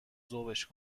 ذوبش